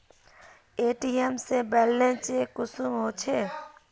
ATM से balance check कुंसम होचे?